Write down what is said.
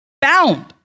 bound